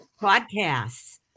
podcasts